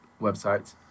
websites